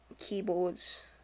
keyboards